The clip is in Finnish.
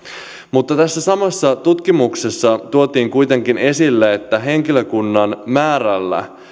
mutta tässä samassa tutkimuksessa tuotiin kuitenkin esille että henkilökunnan määrällä